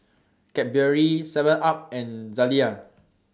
Cadbury Seven up and Zalia